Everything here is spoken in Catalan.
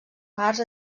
parts